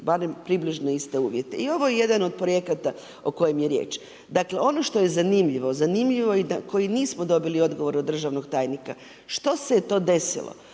barem približno iste uvjete. I ovo je jedan od projekata o kojima je riječ. Dakle ono što je zanimljivo, zanimljivo je i koji nismo dobili odgovor od državnog tajnika, što se je to desilo